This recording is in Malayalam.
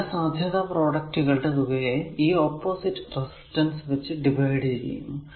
എല്ലാ സാധ്യത പ്രൊഡക്ടുകളുടെ തുകയെ ഈ ഓപ്പോസിറ്റ് റെസിസ്റ്റൻസ് വച്ച് ഡിവൈഡ് ചെയ്യുന്നു